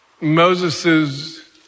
Moses's